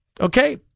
Okay